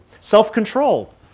Self-control